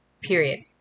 period